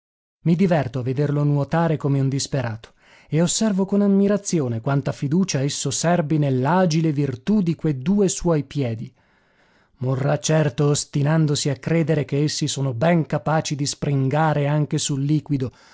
i diverto a vederlo nuotare come un disperato e osservo con ammirazione quanta fiducia esso serbi nell'agile virtù di que due suoi piedi morrà certo ostinandosi a credere che essi sono ben capaci di springare anche sul liquido